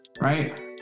right